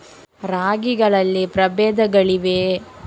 ರಾಗಿಗಳಲ್ಲಿ ಪ್ರಬೇಧಗಳಿವೆಯೇ?